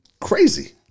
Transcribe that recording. Crazy